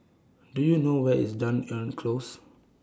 Do YOU know Where IS Dunearn Close